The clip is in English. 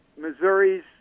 Missouri's